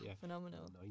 phenomenal